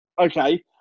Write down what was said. okay